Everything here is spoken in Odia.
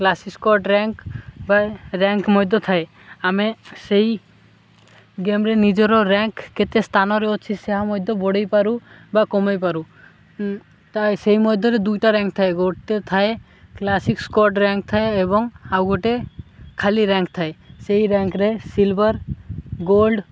କ୍ଲାସିକ୍ ସ୍କଡ଼୍ ରାଙ୍କ୍ ବା ରାଙ୍କ୍ ମଧ୍ୟ ଥାଏ ଆମେ ସେଇ ଗେମ୍ରେେ ନିଜର ରାଙ୍କ କେତେ ସ୍ଥାନରେ ଅଛି ସେହା ମଧ୍ୟ ବଢ଼େଇ ପାରୁ ବା କମେଇ ପାରୁ ତ ସେଇ ମଧ୍ୟରେ ଦୁଇଟା ରାଙ୍କ୍ ଥାଏ ଗୋଟେ ଥାଏ କ୍ଲାସିକ୍ ସ୍କଡ଼୍ ରାଙ୍କ୍ ଥାଏ ଏବଂ ଆଉ ଗୋଟେ ଖାଲି ରାଙ୍କ୍ ଥାଏ ସେଇ ରାଙ୍କ୍ ରେ ସିଲଭର୍ ଗୋଲ୍ଡ